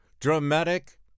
Dramatic